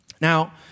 Now